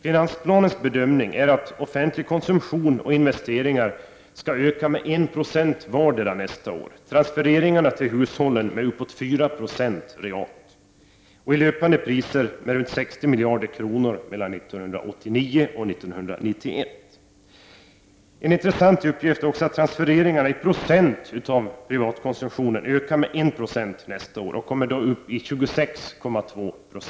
Finansplanens bedömning är att offentlig konsumtion och investeringar ökar med 1 96 vardera nästa år och transfereringarna till hushållen med uppåt 4 20 realt, i löpande priser med 60 miljarder kronor mellan 1989 och 1991. En intressant uppgift är att transfereringarna i procent av privatkonsumtionen ökar med 1 96 nästa år och kommer upp till 26,2 Ze.